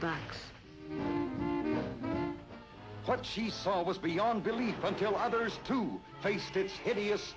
back what she saw was beyond belief until others to face to hideous